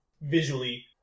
visually